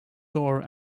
door